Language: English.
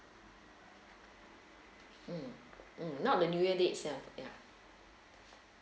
mm mm not the new year date ah yeah